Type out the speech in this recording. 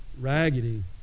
raggedy